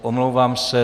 Omlouvám se.